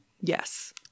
Yes